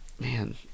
Man